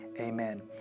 amen